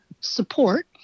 support